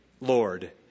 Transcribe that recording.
Lord